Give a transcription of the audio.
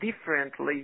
differently